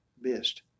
missed